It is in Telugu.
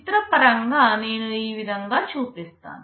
చిత్రపరంగా నేను ఈ విధంగా చూపిస్తాను